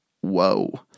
Whoa